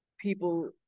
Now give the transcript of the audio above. people